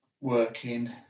working